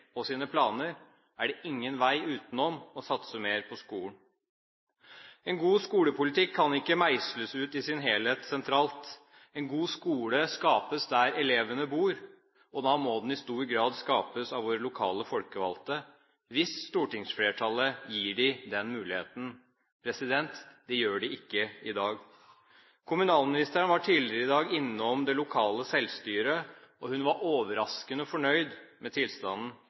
og sine planer, er det ingen vei utenom å satse mer på skolen. En god skolepolitikk kan ikke meisles ut i sin helhet sentralt. En god skole skapes der elevene bor, og da må den i stor grad skapes av våre lokale folkevalgte – hvis stortingsflertallet gir dem den muligheten. Det gjør de ikke i dag. Kommunalministeren var tidligere i dag innom det lokale selvstyret, og hun var overraskende fornøyd med tilstanden.